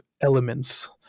elements